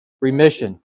remission